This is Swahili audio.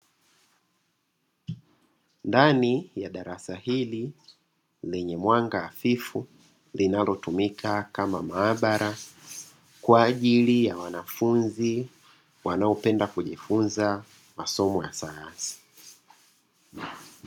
Ndani ya darasa hili lenye mwanga hafifu linatomika kama maabara kwa ajili ya wanafunzi wanaopenda kujifunza masomo ya sayansi.